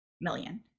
million